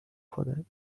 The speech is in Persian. کنند